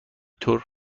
طور